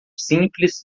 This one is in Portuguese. simples